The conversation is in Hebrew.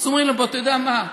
אז אומרים לו: אתה יודע מה,